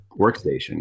workstation